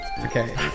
okay